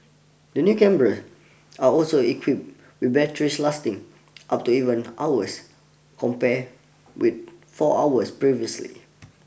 the new cameras are also equipped with batteries lasting up to even hours compared with four hours previously